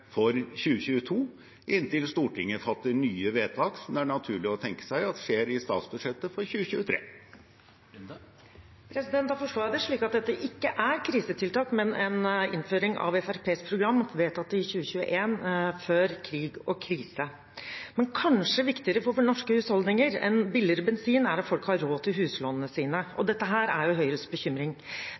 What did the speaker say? det er naturlig å tenke seg at skjer i statsbudsjettet for 2023. Da forstår jeg det slik at dette ikke er krisetiltak, men en innføring av Fremskrittspartiets program, vedtatt i 2021 før krig og krise. Kanskje viktigere for norske husholdninger enn billigere bensin, er at folk har råd til huslånene sine. Dette er Høyres bekymring. Fremskrittspartiet er en av dem som ønsker flere krisetiltak som kan opprettholde kjøpekraften på varer og tjenester det er